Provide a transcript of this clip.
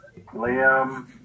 Liam